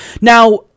Now